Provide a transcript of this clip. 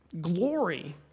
glory